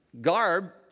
garb